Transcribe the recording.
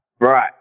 right